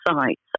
sites